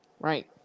Right